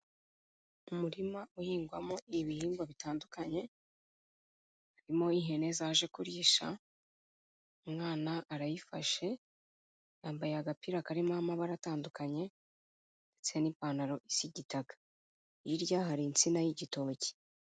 Umurima uhingwamo ibihingwa bitandukanye, harimo ihene zaje kurisha. Umwana arayifashe, yambaye agapira karimo amabara atandukanye, ndetse n'ipantaro isa igitakaga. Hirya hari insina y'igitoki.